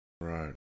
Right